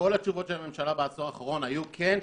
כל התשובות של הממשלה בעשור האחרון היו: כן,